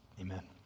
Amen